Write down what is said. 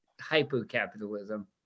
hyper-capitalism